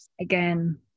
again